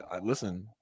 listen